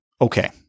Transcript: Okay